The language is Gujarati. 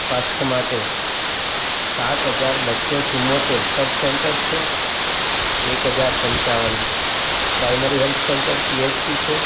સ્વાસ્થ્ય માટે સાત હજાર બસો ચુંમોતેર સબ સેન્ટર છે એક હજાર પંચાવન પ્રાઇમરી હેલ્થ સેન્ટર પીએચસી છે